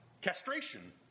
castration